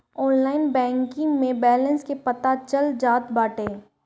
online banking में balance के पता चल जात बाटे